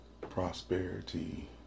prosperity